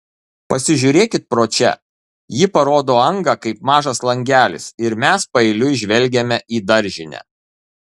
pasižiūrėkit pro čia ji parodo angą kaip mažas langelis ir mes paeiliui žvelgiame į daržinę